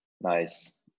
Nice